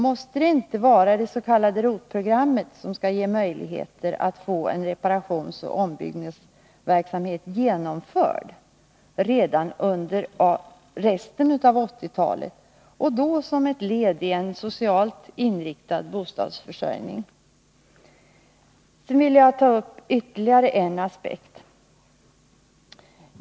Måste det inte vara det s.k. ROT-programmet som skall ge möjlighet att få en reparationsoch ombyggnadsverksamhet genomförd redan under resten av 1980-talet som ett led i en socialt inriktad bostadsförsörjning? Sedan vill jag ta upp ytterligare en aspekt.